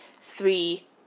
three